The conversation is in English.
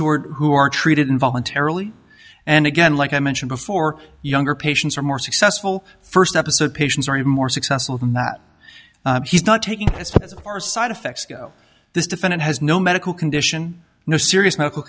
who are who are treated in voluntarily and again like i mentioned before younger patients are more successful first episode patients are more successful than that he's not taking our side effects go this defendant has no medical condition no serious medical